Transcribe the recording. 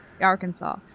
Arkansas